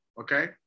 okay